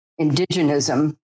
indigenism